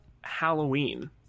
Halloween